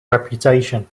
reputation